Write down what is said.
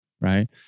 right